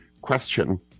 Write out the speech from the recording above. question